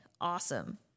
Awesome